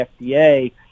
FDA